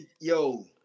Yo